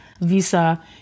visa